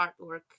artwork